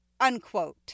unquote